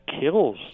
kills